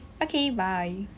okay bye